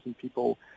people